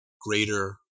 greater